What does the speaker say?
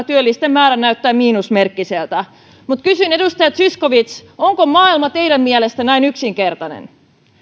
työllisten määrä näyttää miinusmerkkiseltä mutta kysyn edustaja zyskowicz onko maailma teidän mielestänne näin yksinkertainen